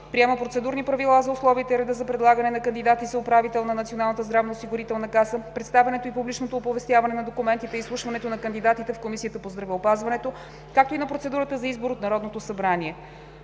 Приема процедурни правила за условията и реда за предлагане на кандидати за управител на Националната здравноосигурителна каса, представянето и публичното оповестяване на документите и изслушването на кандидатите в Комисията по здравеопазването, както и на процедурата за избор от Народното събрание: